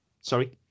Sorry